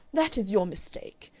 that is your mistake!